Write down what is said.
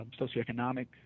socioeconomic